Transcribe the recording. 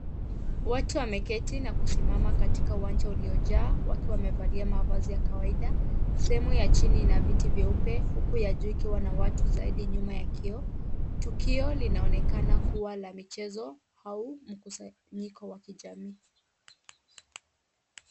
Watu wameketi na kusimama katika uwanja uliojaa wakiwa wamevalia mavazi ya kawaida. Sehemu ya chini ina viti vyeupe huku ya juu ikiwa na watu zaidi nyuma ya kioo. Tukio linaonekana kuwa la michezo au mkusanyiko wa kijamii.